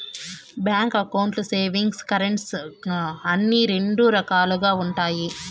bank అకౌంట్లు savings, current అని రెండు రకాలుగా ఉంటాయి